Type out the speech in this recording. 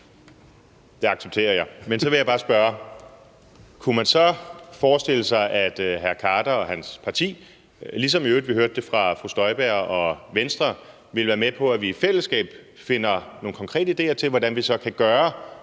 Det accepterer jeg. Men så vil jeg bare spørge: Kunne man så forestille sig, at hr. Khader og hans parti, ligesom vi i øvrigt hørte det fra fru Støjberg og Venstre, ville være med på, at vi i fællesskab finder nogle konkrete ideer til, hvordan vi så kan gøre